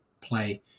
play